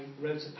wrote